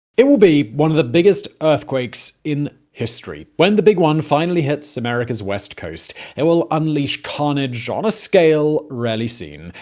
it will be one of the biggest earthquakes in history. when the big one finally hits america's west coast, it will unleash carnage on a scale rarely seen.